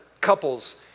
couples